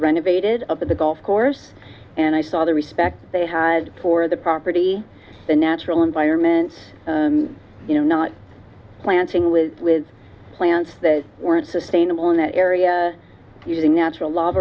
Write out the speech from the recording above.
renovated of the golf course and i saw the respect they had for the property the natural environment you know not planting with plants that weren't sustainable in that area using natural l